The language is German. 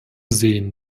sehen